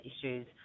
issues